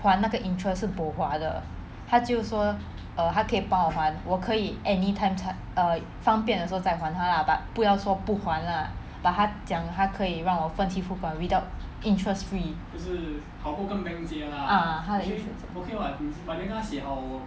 还那个 interest 是 bo hua 的她就说 err 她可以帮我还我可以 anytime 才 err 方便的时候再还她 lah but 不要说不还 lah but 她讲她可以让我分期付款 without interest fee ah 她的意思是这样